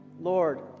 Lord